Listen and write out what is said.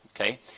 Okay